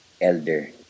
elder